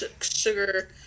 Sugar